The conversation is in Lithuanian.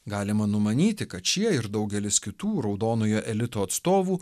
galima numanyti kad šie ir daugelis kitų raudonojo elito atstovų